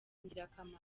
ingirakamaro